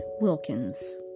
Wilkins